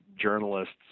journalists